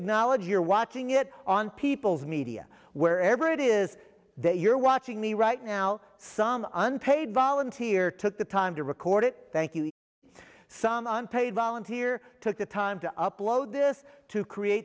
acknowledge you're watching it on people's media wherever it is that you're watching me right now some unpaid volunteer took the time to record it thank you some unpaid volunteer took the time to upload this to create